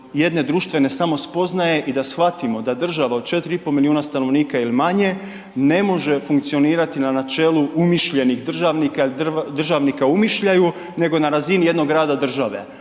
jedne društvene samospoznaje i da shvatimo da država od 4,5 milijuna stanovnika ili manje ne može funkcionirati na načelu umišljenih državnika ili državnika u umišljaju nego na razini jednog rada države.